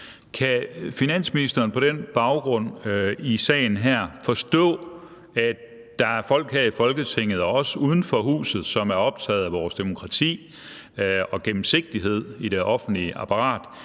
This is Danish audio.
Kan finansministeren på baggrund af sagen her forstå, at der er folk her i Folketinget og også uden for huset, som er optaget af vores demokrati og gennemsigtighed i det offentlige apparat,